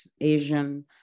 Asian